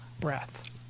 breath